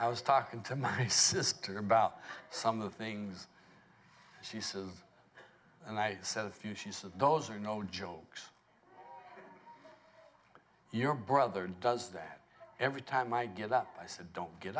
i was talking to my sister about some of the things she says and i said a few she said those are no jokes your brother does that every time i get up i said don't get